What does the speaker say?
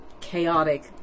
chaotic